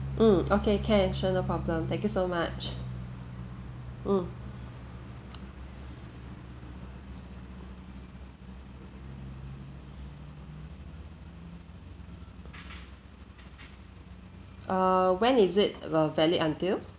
mm okay can sure no problem thank you so much mm err when is it while valid until